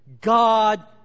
God